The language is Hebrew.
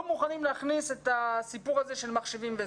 מוכנים להכניס את הסיפור הזה של מחשבים.